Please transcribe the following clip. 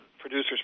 producers